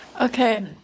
Okay